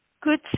good